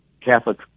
Catholic